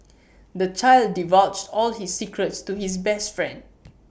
the child divulged all his secrets to his best friend